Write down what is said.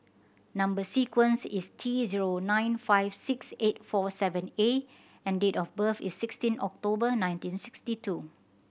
number sequence is T zero nine five six eight four seven A and date of birth is sixteen October nineteen sixty two